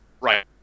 Right